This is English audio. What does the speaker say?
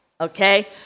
Okay